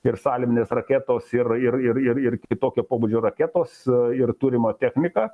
ir salvinės raketos ir ir ir ir kitokio pobūdžio raketos ir turima technika